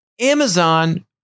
Amazon